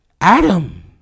adam